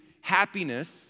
happiness